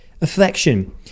affection